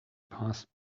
passed